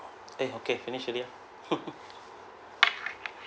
eh okay finished already ah